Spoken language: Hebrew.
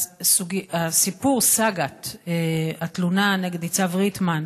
הסיפור, סאגת התלונה נגד ניצב ריטמן,